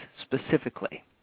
specifically